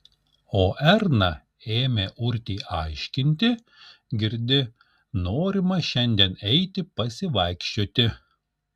o erna ėmė urtei aiškinti girdi norima šiandien eiti pasivaikščioti